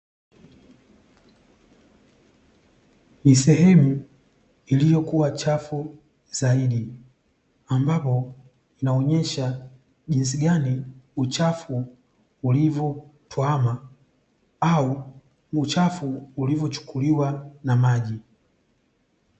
Ni sehemu iliyokuwa chafu zaidi, ambapo inaonyesha jinsi gani uchafu ulivyotuama au uchafu uliyochukuliwa na maji.